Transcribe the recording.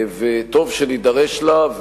וטוב שנידרש לה.